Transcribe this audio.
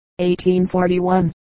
1841